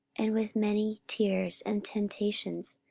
and with many tears, and temptations,